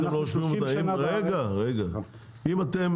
אם אתם